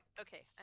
Okay